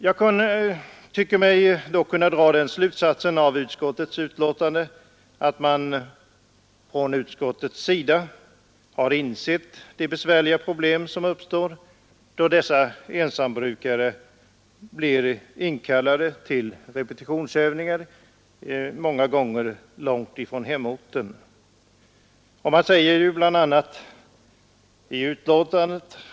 Jag tycker mig kunna dra den slutsatsen av utskottets betänkande att man inom utskottet har insett de besvärliga problem som uppstår då dessa ensambrukare blir inkallade till repetionsövningar, många gånger långt från hemorten. I betänkandet sägs bla.